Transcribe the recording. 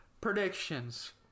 predictions